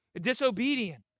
disobedient